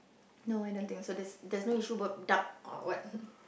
no I don't think so there's there's no issue about dark or what